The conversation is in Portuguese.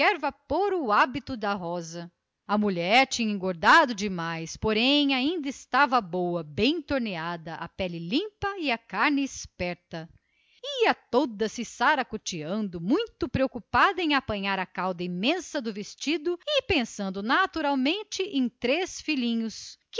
vapor o hábito da rosa a mulher engordara um pouco em demasia mas ainda estava boa bem torneada com a pele limpa e a came esperta ia toda se saracoteando muito preocupada em apanhar a cauda do seu vestido e pensando naturalmente nos seus três filhinhos